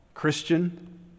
Christian